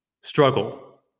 struggle